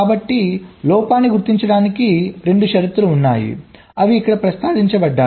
కాబట్టి లోపాన్ని గుర్తించడానికి 2 షరతులు ఉన్నాయి అవి ఇక్కడ ప్రస్తావించబడ్డాయి